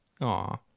Aw